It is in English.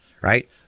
right